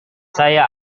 saya